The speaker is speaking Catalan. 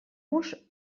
vos